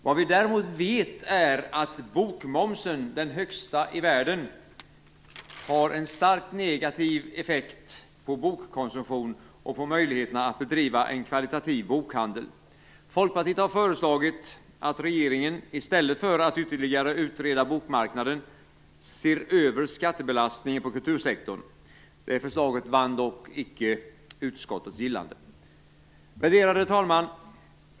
Vad vi däremot vet är att bokmomsen - den högsta i världen - har en starkt negativ effekt på bokkonsumtion och på möjligheterna att bedriva en kvalitativ bokhandel. Folkpartiet har föreslagit att regeringen - i stället för att ytterligare utreda bokmarknaden - ser över skattebelastningen på kultursektorn. Det förslaget vann dock inte utskottets gillande. Värderade talman!